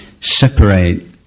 separate